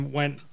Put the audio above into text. went